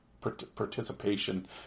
participation